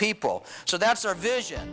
people so that's our vision